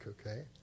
okay